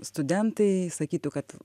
studentai sakytų kad